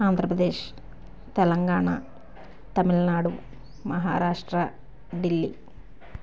Andhra Pradesh Telangana Tamil Nadu Maharashtra Delhi